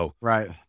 Right